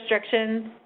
restrictions